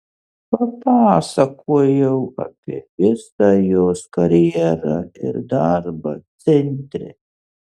papasakojau apie visą jos karjerą ir darbą centre